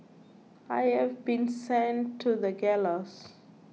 I have been sent to the gallows